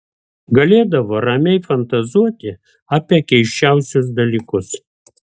galėdavo ramiai fantazuoti apie keisčiausius dalykus